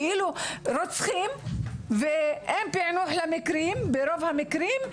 כאילו רוצחים ואין פיענוח למקרים ברוב המקרים.